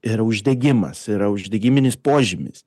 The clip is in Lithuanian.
yra uždegimas yra uždegiminis požymis